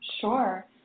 Sure